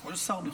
כל שר מכובד.